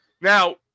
Now